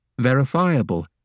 verifiable